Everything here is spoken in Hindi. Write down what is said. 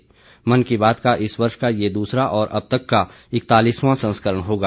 यह मन की बात का इस वर्ष का दूसरा और अब तक का इकतालिसवां संस्करण होगा